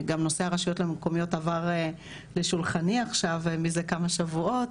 גם נושא הרשויות המקומיות עבר לשולחני עכשיו מזה כמה שבועות,